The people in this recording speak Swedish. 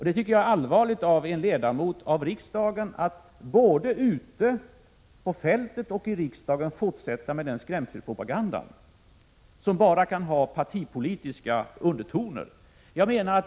Det tycker jag är allvarligt av en ledamot av riksdagen att både ute på fältet och i riksdagen fortsätta med den skrämselpropagandan, som bara har partipolitiska undertoner.